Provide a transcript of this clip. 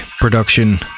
production